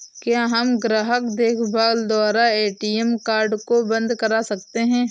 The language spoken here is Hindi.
क्या हम ग्राहक देखभाल द्वारा ए.टी.एम कार्ड को बंद करा सकते हैं?